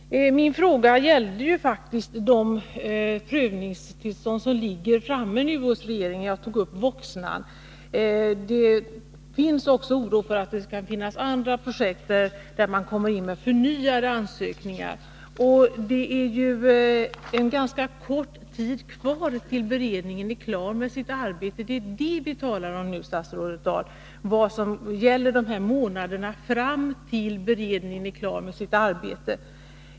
Herr talman! Min fråga gällde faktiskt de ärenden om prövningstillstånd som ligger på regeringens bord. Jag tog upp Voxnan. Men det finns en oro också för att det kan finnas andra projekt, där man kommer in med förnyade ansökningar. Det är ju fråga om en ganska kort tid till dess att beredningen är klar med sitt arbete. Det är det vi talar om, statsrådet Dahl. Vad det gäller är månaderna fram till dess att beredningen är klar med sitt arbete.